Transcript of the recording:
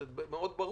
זה מאוד ברור.